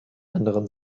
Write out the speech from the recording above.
anderen